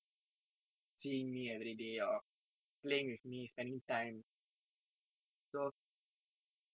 seeing me every day or playing with me spending time so